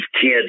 kids